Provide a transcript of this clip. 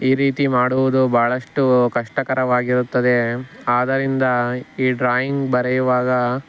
ಈ ರೀತಿ ಮಾಡುವುದು ಬಹಳಷ್ಟು ಕಷ್ಟಕರವಾಗಿರುತ್ತದೆ ಆದರಿಂದ ಈ ಡ್ರಾಯಿಂಗ್ ಬರೆಯುವಾಗ